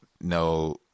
no